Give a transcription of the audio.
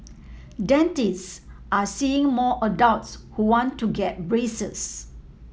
dentists are seeing more adults who want to get braces